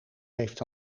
heeft